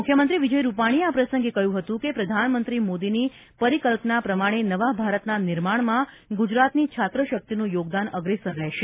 મુખ્યમંત્રી વિજય રુપાણીએ આ પ્રસંગે કહ્યું હતું કે પ્રધાનમંત્રી મોદીની પરિકલ્પના પ્રમાણે નવા ભારતના નિર્માણમાં ગુજરાતની છાત્ર શક્તિનું યોગદાન અગ્રેસર રહેશે